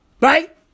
right